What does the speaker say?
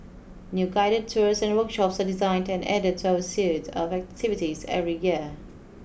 new guided tours and workshops are designed and added to our suite of activities every year